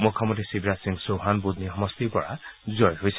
মুখ্যমন্ত্ৰী শিৱৰাজ সিং চৌহান বুধনী সমষ্টিৰ পৰা জয়ী হৈছে